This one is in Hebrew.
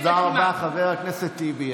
תודה רבה, חבר הכנסת טיבי.